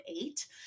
eight